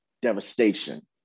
devastation